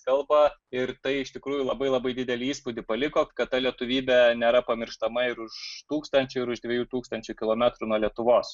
kalba ir tai iš tikrųjų labai labai didelį įspūdį paliko kad ta lietuvybė nėra pamirštama ir už tūkstančio ir už dviejų tūkstančių kilometrų nuo lietuvos